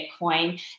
Bitcoin